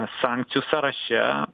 sankcijų sąraše